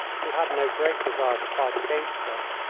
who had no great desire to fight against us.